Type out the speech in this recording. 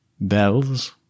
bells